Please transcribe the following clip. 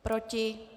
Proti?